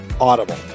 Audible